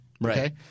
Right